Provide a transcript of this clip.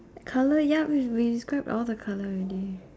colour ya we we describe all the colour already